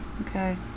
Okay